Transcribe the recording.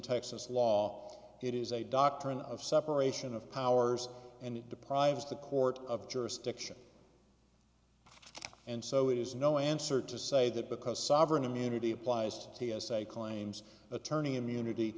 texas law it is a doctrine of separation of powers and it deprives the court of jurisdiction and so it is no answer to say that because sovereign immunity applies t s a claims attorney immunity